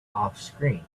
offscreen